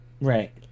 Right